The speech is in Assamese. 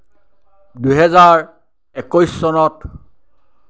দুহেজাৰ একৈশ চনত